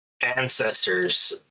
ancestors